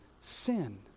sin